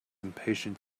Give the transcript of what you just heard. impatient